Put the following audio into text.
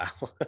wow